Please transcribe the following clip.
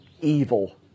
evil